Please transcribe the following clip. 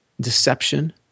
deception